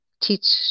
teach